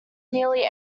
nearly